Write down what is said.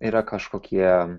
yra kažkokie